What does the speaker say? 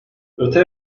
öte